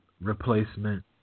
replacement